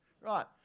right